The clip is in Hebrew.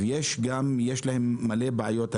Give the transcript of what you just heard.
אני יודע שיש להם המון בעיות.